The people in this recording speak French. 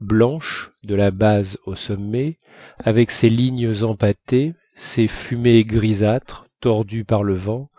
blanche de la base au sommet avec ses lignes empâtées ses fumées grisâtres tordues par le vent